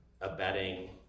abetting